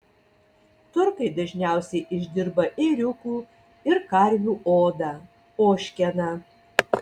turkai dažniausiai išdirba ėriukų ir karvių odą ožkeną